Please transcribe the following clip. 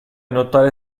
nuotare